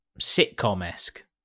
sitcom-esque